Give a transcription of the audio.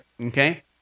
okay